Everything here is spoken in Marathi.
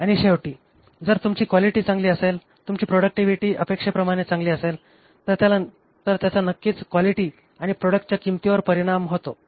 आणि शेवटी जर तुमची क्वालिटी चांगली असेल तुमची प्रॉडक्टिव्हिटी अपेक्षेप्रमाणे चांगली असेल तर त्याचा नक्कीच क्वालिटी आणि प्रॉडक्टच्या किंमतीवर होतो